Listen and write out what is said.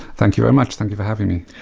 thank you very much. thank you for having me.